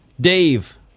Dave